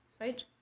right